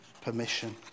permission